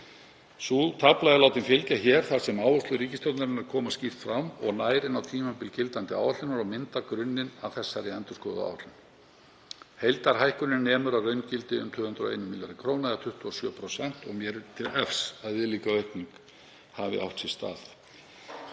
Sú tafla er látin fylgja hér þar sem áherslur ríkisstjórnarinnar koma þar skýrt fram og nær inn á tímabil gildandi áætlunar og myndar grunninn að þessari endurskoðuðu áætlun. Heildarhækkunin nemur að raungildi um 201 milljarði kr. eða 27% og mér er til efs að viðlíka aukning hafi átt sér stað